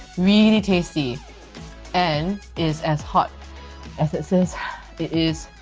really tasty and is as hot as it says it is.